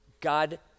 God